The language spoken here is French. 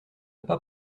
pas